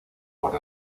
por